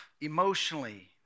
emotionally